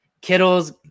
Kittles